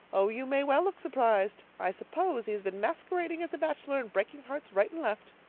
oh, you may well look surprised. i suppose he has been masquerading as a bachelor and breaking hearts right and left.